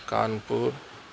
Kanpur